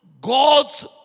God's